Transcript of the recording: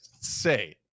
say